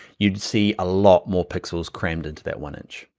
you'd see a lot more pixels crammed into that one inch,